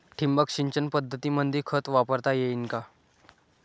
ठिबक सिंचन पद्धतीमंदी खत वापरता येईन का?